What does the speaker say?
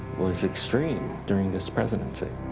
was extreme during this presidency.